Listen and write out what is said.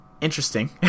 interesting